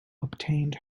obtained